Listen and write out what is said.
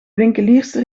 winkelierster